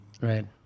Right